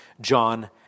John